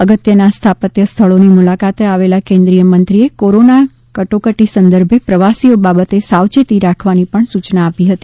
અગત્યના સ્થાપત્ય સ્થળોની મુલાકાતે આવેલા કેન્દ્રીય મંત્રીશ્રીએ કોરોના કટોકટી સંદર્ભે પ્રવાસીઓ બાબતે સાવયેતી રાખવાની પણ સૂયના આપી હતી